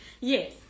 Yes